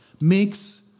makes